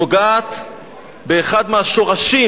נוגעת באחד השורשים